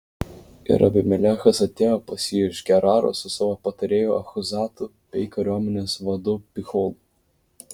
ir abimelechas atėjo pas jį iš geraro su savo patarėju achuzatu bei kariuomenės vadu picholu